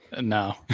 No